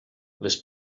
les